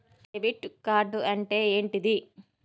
Debit card అంటే ఏంటిది?